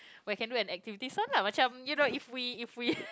where can do an activity one lah macam you know if we if we